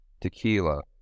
tequila